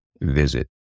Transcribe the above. visit